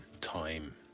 time